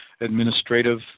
administrative